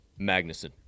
Magnuson